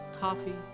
coffee